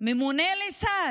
ממונה לשר?